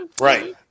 Right